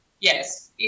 yes